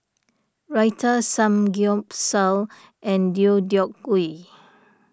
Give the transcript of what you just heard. Raita Samgyeopsal and Deodeok Gui